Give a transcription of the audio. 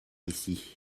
ici